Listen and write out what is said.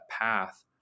path